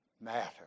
matter